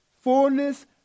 fullness